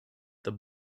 the